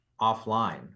offline